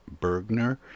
Bergner